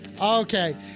Okay